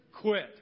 quit